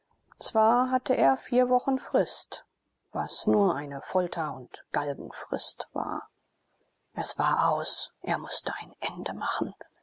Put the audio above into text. zwar hatte er vier wochen frist was nur eine folter und galgenfrist war es war aus er mußte ein ende machen